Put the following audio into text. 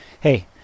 hey